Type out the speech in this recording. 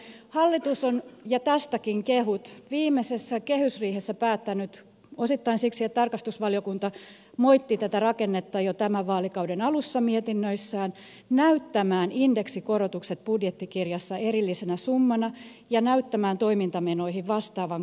hallitus on ja tästäkin kehut viimeisessä kehysriihessä päättänyt osittain siksi että tarkastusvaliokunta moitti tätä rakennetta jo tämän vaalikauden alussa mietinnöissään näyttää indeksikorotukset budjettikirjassa erillisenä summana ja näyttää toimintamenoihin vastaavan korotuksen